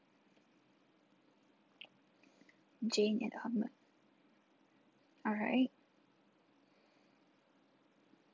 jane at hotmail alright